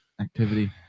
activity